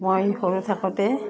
মই সৰু থাকোঁতে